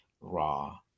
raw